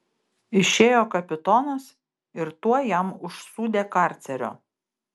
išėjo kapitonas ir tuoj jam užsūdė karcerio